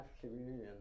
communion